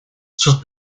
sus